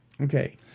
Okay